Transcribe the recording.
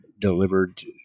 delivered